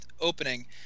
opening